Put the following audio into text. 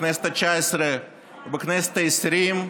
בכנסת התשע-עשרה ובכנסת העשרים,